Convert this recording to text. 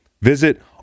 Visit